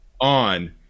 on